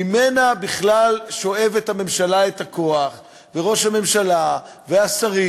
וממנה בכלל שואבת הממשלה את הכוח ראש הממשלה והשרים.